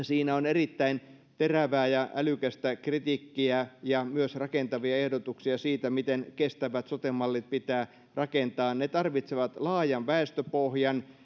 siinä on erittäin terävää ja älykästä kritiikkiä ja myös rakentavia ehdotuksia siitä miten kestävät sote mallit pitää rakentaa ne tarvitsevat laajan väestöpohjan